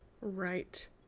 Right